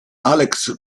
alex